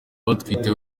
batwite